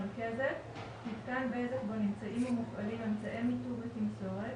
"מרכזת" מיתקן בזק בו נמצאים ומופעלים אמצעי מיתוג ותמסורת,